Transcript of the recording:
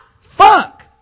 Fuck